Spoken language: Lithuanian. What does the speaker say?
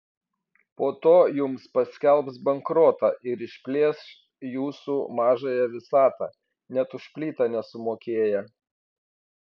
po to jums paskelbs bankrotą ir išplėš jūsų mažąją visatą net už plytą nesumokėję